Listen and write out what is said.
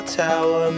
tower